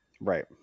right